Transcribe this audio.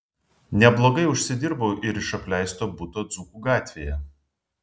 neblogai užsidirbau ir iš apleisto buto dzūkų gatvėje